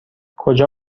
کجا